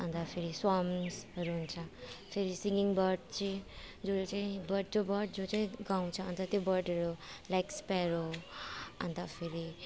अन्त फेरि स्वर्म्सहरू हुन्छ फेरि सिङगिङ बर्ड चाहिँ जसले चाहिँ बर्ड जो बर्ड चाहिँ गाउँछ अन्त त्यो बर्डहरू लाइक इस्प्यारो अन्त फेरि